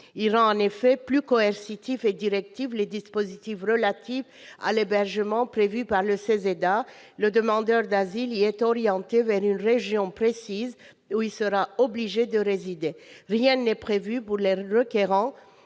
rend plus coercitifs et directifs les dispositifs relatifs à l'hébergement prévus par le CESEDA : le demandeur d'asile sera orienté vers une région précise, où il sera obligé de résider. Par ailleurs, rien n'est prévu pour les requérants